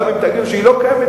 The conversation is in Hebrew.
גם אם תגידו שהיא לא קיימת,